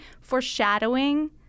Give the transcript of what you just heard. foreshadowing